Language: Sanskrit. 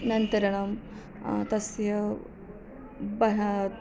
अनन्तरं तस्य बहु